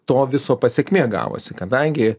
to viso pasekmė gavosi kadangi